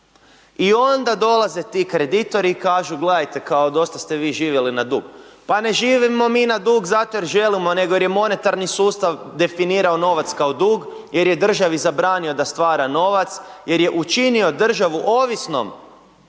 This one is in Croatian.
I onda dolaze ti kreditori i kažu gledajte kao dosta ste vi živjeli na dug. Pa ne živimo mi na dug zato jer želimo nego jer je monetarni sustav definirao novac kao dug, jer je državi zabranio da stvara novac, jer je učinio državu ovisnom